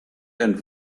and